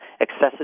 excessive